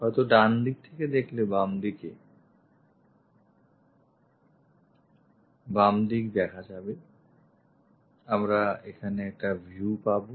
হয়ত ডানদিকে দেখলে বামদিক থেকে বামদিক দেখা যাবে আমরা এখানে একটা ভিউ পাবো